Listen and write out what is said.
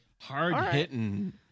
Hard-hitting